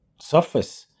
surface